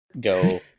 go